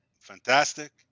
fantastic